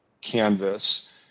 Canvas